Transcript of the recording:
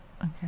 Okay